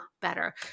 better